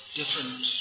different